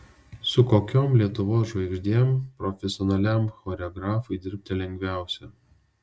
su kokiom lietuvos žvaigždėm profesionaliam choreografui dirbti lengviausia